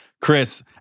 Chris